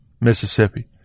Mississippi